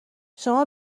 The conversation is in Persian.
شما